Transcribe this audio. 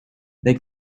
they